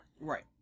Right